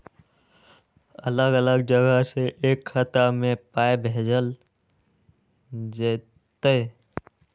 अलग अलग जगह से एक खाता मे पाय भैजल जेततै?